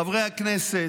חברי הכנסת,